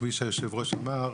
כפי שהיושב-ראש אמר,